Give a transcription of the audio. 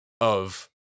of-